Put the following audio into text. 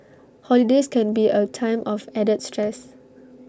holidays can be A time of added stress